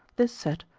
this said,